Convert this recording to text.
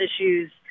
issues